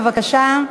בבקשה.